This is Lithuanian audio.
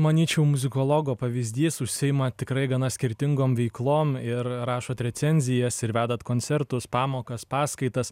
manyčiau muzikologo pavyzdys užsiimat tikrai gana skirtingom veiklom ir rašot recenzijas ir vedat koncertus pamokas paskaitas